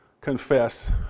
confess